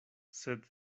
sed